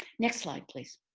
next slide, please.